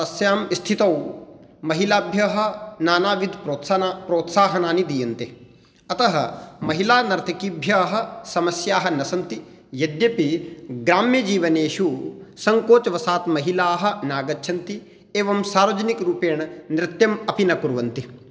तस्यां स्थितौ महिलाभ्यः नानाविधप्रोत्सना प्रोत्साहनानि दीयन्ते अतः महिलानर्तकीभ्यः समस्याः न सन्ति यद्यपि ग्राम्यजीवनेषु संकोचवशात् महिलाः नागच्छन्ति एवं सार्वजनिकरूपेण नृत्यम् अपि न कुर्वन्ति